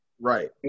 Right